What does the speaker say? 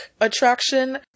attraction